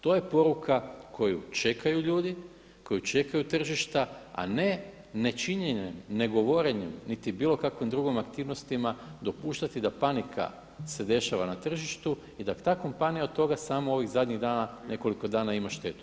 To je poruka koju čekaju ljudi, koji čekaju tržišta, a ne nečinjenjem, negovorenjem niti bilo kakvim drugim aktivnostima dopuštati da panika se dešava na tržištu i da ta kompanija od toga samo ovih zadnjih dana, nekoliko dana ima štetu.